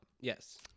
Yes